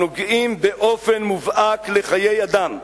הנוגעים באופן מובהק בחיי אדם,